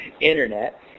internet